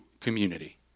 community